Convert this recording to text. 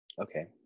Okay